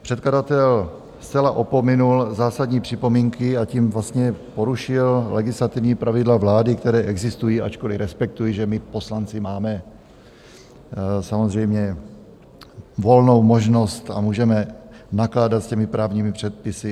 Předkladatel zcela opominul zásadní připomínky a tím vlastně porušil legislativní pravidla vlády, která existují, ačkoliv respektuji, že my poslanci máme samozřejmě volnou možnost a můžeme nakládat s těmi právními předpisy.